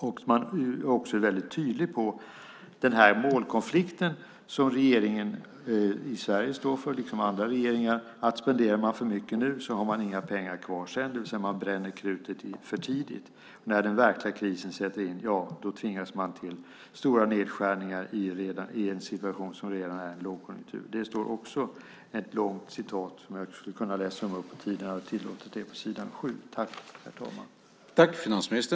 Man är också väldigt tydlig om den målkonflikt som regeringen i Sverige, liksom andra regeringar, står inför: Spenderar man för mycket nu har man inga pengar kvar sedan - man bränner krutet för tidigt. När den verkliga krisen sätter in tvingas man till stora nedskärningar i en situation som redan är en lågkonjunktur. Om tiden tillät skulle jag kunna läsa upp ett långt citat från s. 7.